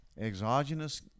exogenous